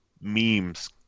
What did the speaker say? memes